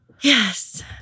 Yes